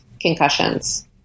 concussions